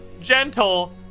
gentle